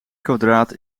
kwadraat